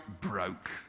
broke